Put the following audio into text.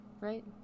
right